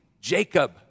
Jacob